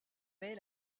met